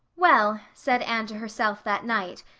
well, said anne to herself that night,